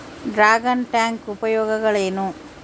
Dragon tank ಉಪಯೋಗಗಳೇನು?